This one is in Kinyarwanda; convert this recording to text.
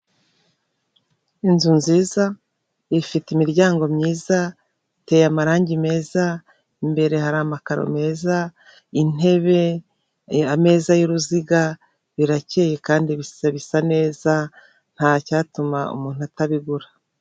Inzu nziza ifite imiryango myiza iteye amarangi meza imbere hari amakaro meza intebe, ameza y'uruziga birakeye kandisa bisa neza ntacyatuma umuntu atabigura .